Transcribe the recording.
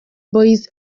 boyz